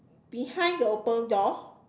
behind the open door